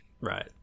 Right